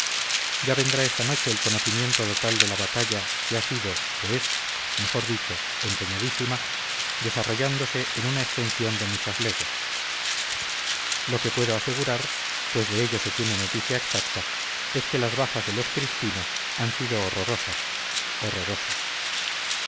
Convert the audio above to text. ya vendrá esta noche el conocimiento total de la batalla que ha sido que es mejor dicho empeñadísima desarrollándose en una extensión de muchas leguas lo que puedo asegurar pues de ello se tiene noticia exacta es que las bajas de los cristinos han sido horrorosas horrorosas